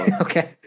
Okay